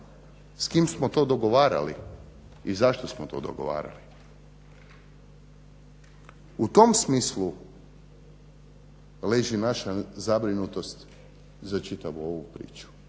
S kim smo to dogovarali i zašto smo to dogovarali? U tom smislu leži naša zabrinutost za čitavu ovu priču.